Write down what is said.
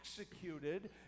executed